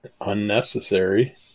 unnecessary